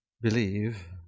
believe